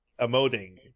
emoting